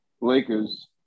Lakers